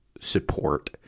support